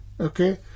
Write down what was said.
okay